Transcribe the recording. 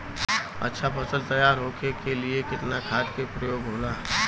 अच्छा फसल तैयार होके के लिए कितना खाद के प्रयोग होला?